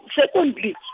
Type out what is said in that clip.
Secondly